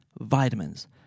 vitamins